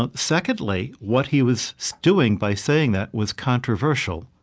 ah secondly, what he was so doing by saying that was controversial,